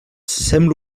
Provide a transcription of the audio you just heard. sembla